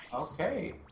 Okay